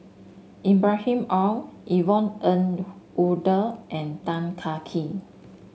Ibrahim Awang Yvonne Ng Uhde and Tan Kah Kee